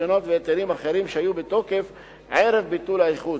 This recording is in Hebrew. רשיונות והיתרים אחרים שהיו בתוקף ערב ביטול האיחוד.